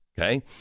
Okay